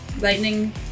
lightning